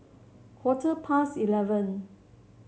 quarter past eleven